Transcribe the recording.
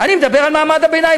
אני מדבר על מעמד הביניים.